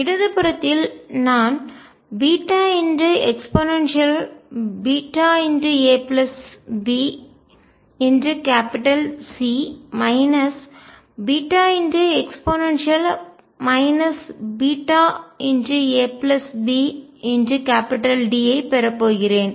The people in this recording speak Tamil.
இடது புறத்தில் நான் eabC βe abD ஐப் பெறப் போகிறேன்